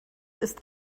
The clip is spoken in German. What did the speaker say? ist